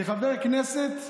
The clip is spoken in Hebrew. כחבר כנסת,